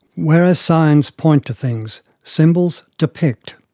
whereas signs point to things, symbols depict.